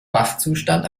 wachzustand